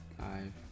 five